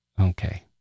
Okay